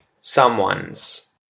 Someone's